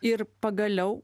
ir pagaliau